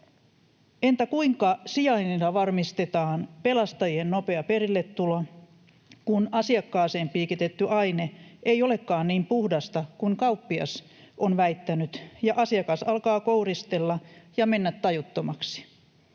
Entä kuinka sijainnilla varmistetaan pelastajien nopea perilletulo, kun asiakkaaseen piikitetty aine ei olekaan niin puhdasta kuin kauppias on väittänyt ja asiakas alkaa kouristella ja mennä tajuttomaksi?